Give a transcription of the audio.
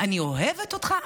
"אני אוהבת אותך"?